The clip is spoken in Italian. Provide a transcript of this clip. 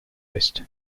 est